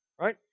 Right